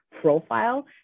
profile